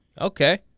Okay